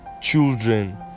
children